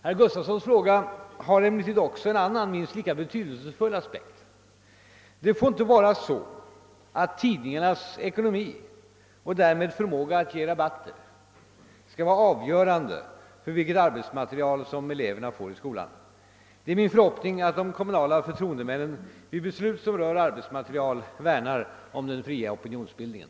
Herr Gustavssons frågan har emellertid också en annan, minst lika betydelsefull aspekt. Det får inte vara så att tidningarnas ekonomi och därmed förmåga att ge rabatter skall vara avgörande för vilket arbetsmaterial som eleverna får i skolan. Det är min förhoppning att de kommunala förtroendemännen vid beslut som rör arbetsmaterial värnar om den fria opinionsbildningen.